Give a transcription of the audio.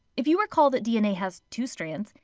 if you recall that dna has two strands,